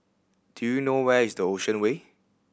do you know where is the Ocean Way